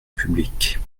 publique